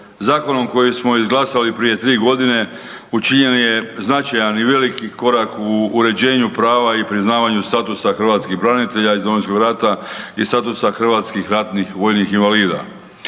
Zakonom koji smo izglasali prije tri godine učinjen je značajan i veliki korak u uređenju prava i priznavanju statusa hrvatskih branitelja iz Domovinskog rata i statusa HRVI. Učinjeni su pomaci